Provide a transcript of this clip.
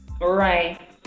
Right